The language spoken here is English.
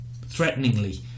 threateningly